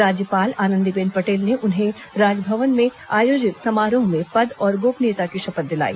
राज्यपाल आनंदीबेन पटेल ने उन्हें राजभवन में आयोजित समारोह में पद और गोपनीयता की शपथ दिलाई